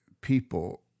people